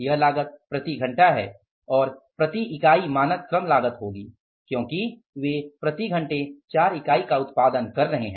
यह लागत प्रति घंटा है और प्रति इकाई मानक श्रम लागत होगी क्योंकि वे प्रति घंटे 4 इकाई का उत्पादन कर रहे हैं